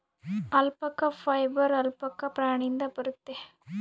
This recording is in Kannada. ಅಲ್ಪಕ ಫೈಬರ್ ಆಲ್ಪಕ ಪ್ರಾಣಿಯಿಂದ ಬರುತ್ತೆ